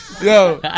yo